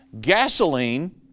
Gasoline